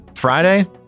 friday